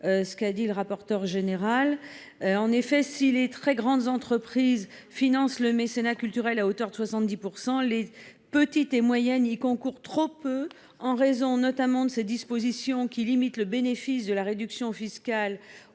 qui font du mécénat. Je le répète, si les très grandes entreprises financent le mécénat culturel à hauteur de 70 %, les petites et moyennes entreprises y concourent trop peu, en raison notamment des dispositions qui limitent le bénéfice de la réduction fiscale